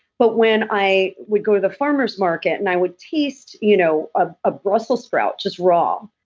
but when i would go to the farmer's market and i would taste you know ah a brussels sprout, just raw.